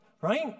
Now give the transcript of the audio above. right